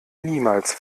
niemals